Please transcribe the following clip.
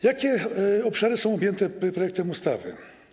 Jakie obszary są objęte projektem ustawy?